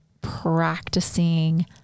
practicing